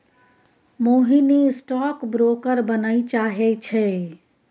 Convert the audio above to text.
मोहिनी stock broker बनय चाहै छै